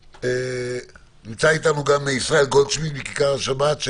נמצא איתנו ישראל גולדשמיט מ"כיכר השבת".